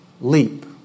Leap